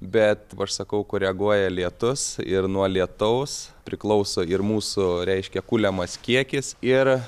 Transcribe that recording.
bet kaip aš sakau koreguoja lietus ir nuo lietaus priklauso ir mūsų reiškia kuliamas kiekis ir